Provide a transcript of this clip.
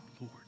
Lord